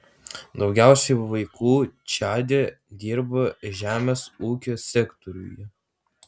daugiausiai vaikų čade dirba žemės ūkio sektoriuje